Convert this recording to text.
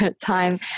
time